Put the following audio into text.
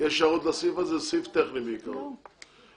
זה סעיף טכני בעיקרו.